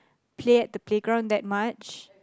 play at the playground that much